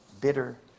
bitter